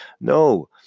No